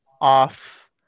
off